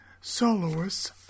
soloists